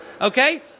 okay